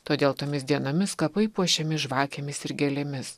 todėl tomis dienomis kapai puošiami žvakėmis ir gėlėmis